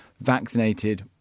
vaccinated